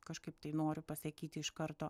kažkaip tai noriu pasakyti iš karto